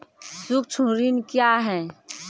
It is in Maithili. सुक्ष्म ऋण क्या हैं?